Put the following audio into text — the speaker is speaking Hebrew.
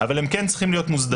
אבל הם כן צריכים להיות מוסדרים.